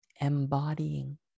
embodying